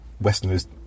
westerners